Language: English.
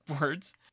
words